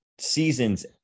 seasons